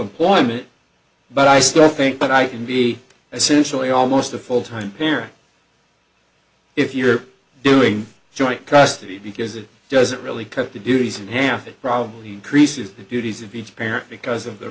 employment but i still think that i can be essentially almost a full time parent if you're doing joint custody because it doesn't really cut the duties and half it probably increases a few days of each parent because of the